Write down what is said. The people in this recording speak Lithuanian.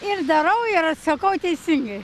ir darau ir atsakau teisingai